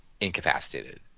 incapacitated